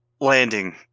landing